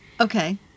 Okay